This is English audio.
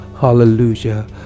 Hallelujah